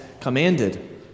commanded